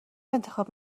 انتخاب